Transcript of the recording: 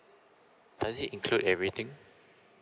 does it include everything